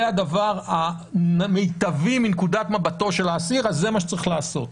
זה הדבר המיטבי מנקודת מבטו של האסיר וזה מה שיש לעשות,